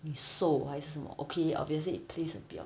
你瘦还是什么 okay obviously it plays a bit